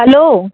hello